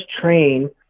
train